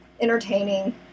entertaining